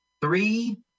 three